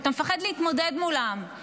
אתה מפחד להתמודד מולם,